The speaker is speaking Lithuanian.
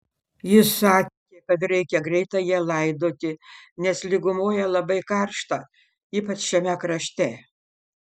jis sakė kad reikia greitai ją laidoti nes lygumoje labai karšta ypač šiame krašte